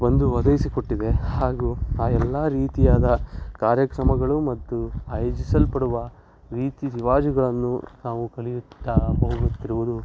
ಒಂದು ಒದಗಿಸಿಕೊಟ್ಟಿದೆ ಹಾಗೂ ಆ ಎಲ್ಲ ರೀತಿಯಾದ ಕಾರ್ಯಕ್ರಮಗಳು ಮತ್ತು ಆಯೋಜಿಸಲ್ಪಡುವ ರೀತಿ ರಿವಾಜುಗಳನ್ನು ನಾವು ಕಲಿಯುತ್ತಾ ಹೋಗುತ್ತಿರುವುದು